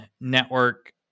network